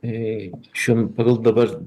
pagal dabar